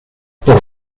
por